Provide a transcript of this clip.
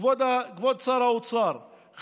כבוד שר האוצר,